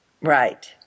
Right